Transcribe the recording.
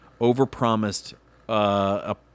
overpromised